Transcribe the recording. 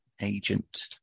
agent